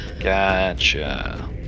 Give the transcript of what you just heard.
Gotcha